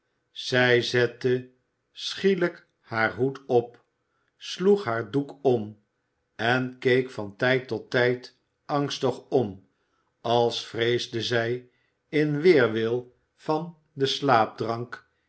zij zette schielijk haar hoed op s oeg haar doek om en keek van tijd tot tijd angstig om als vreesde zij in weerwil van den